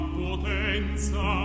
potenza